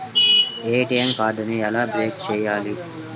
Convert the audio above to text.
ATM కార్డుని ఎలా block చేయాలి?